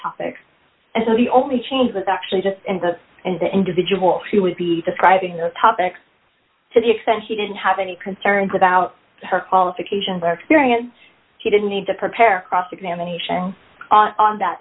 topics and so the only change was actually just and this and the individual who would be describing the topic to the extent she didn't have any concerns about her qualifications or experience she didn't need to prepare cross examination on that